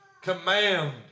command